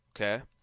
Okay